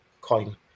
coin